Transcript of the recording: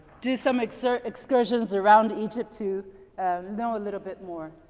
do some like so excursions around egypt to know a little bit more.